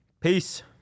peace